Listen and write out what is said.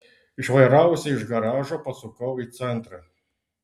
išvairavusi iš garažo pasukau į centrą